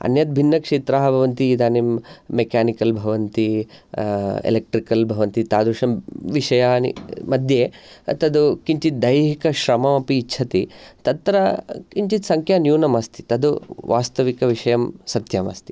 अन्यद् भिन्नक्षेत्राः भवन्ति इदानीं मेकनिकल् भवन्ति एलक्ट्रिकल् भवन्ति तादृशं विषयानि मध्ये तद् किञ्चिद् दैहिक श्रमोऽपि इच्छति तत्र किञ्चित् संख्या न्यूनम् अस्ति तद वास्तविकविषयं सत्यम् अस्ति